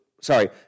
sorry